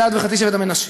גד וחצי שבט המנשה.